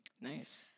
nice